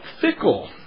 fickle